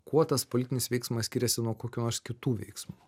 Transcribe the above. kuo tas politinis veiksmas skiriasi nuo kokių nors kitų veiksmų